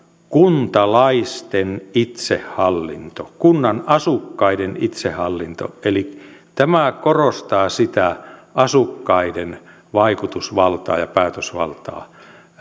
kuntalaisten itsehallinto kunnan asukkaiden itsehallinto eli tämä korostaa sitä asukkaiden vaikutusvaltaa ja päätösvaltaa